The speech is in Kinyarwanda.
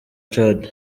chad